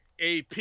AP